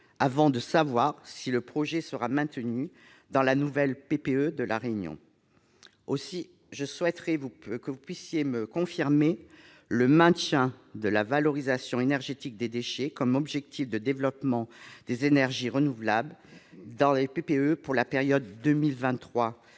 avant de savoir si le projet sera maintenu dans la nouvelle PPE de La Réunion. Je souhaiterais donc vous entendre me confirmer que le maintien de la valorisation énergétique des déchets reste un objectif de développement des énergies renouvelables dans les PPE pour la période 2023-2028.